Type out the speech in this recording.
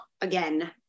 Again